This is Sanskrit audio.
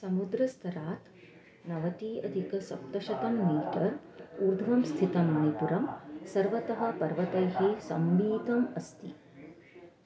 समुद्रस्तरात् नवत्यधिकसप्तशतं मीटर् ऊर्ध्वं स्थितं मणिपुरं सर्वतः पर्वतैः सम्मीतम् अस्ति